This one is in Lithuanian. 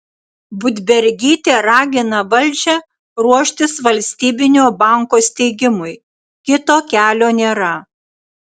budbergytė ragina valdžią ruoštis valstybinio banko steigimui kito kelio nėra